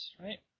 right